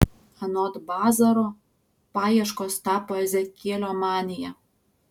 anot bazaro paieškos tapo ezekielio manija